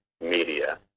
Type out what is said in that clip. Media